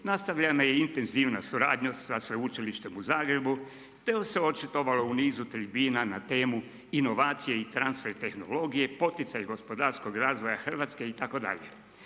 nastavljena je intenzivna suradnja sa Sveučilištem u Zagrebu te se očitovala u nizu tribina na temu inovacije i transfer tehnologije, poticaj gospodarskog razvoja Hrvatske itd.